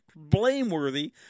blameworthy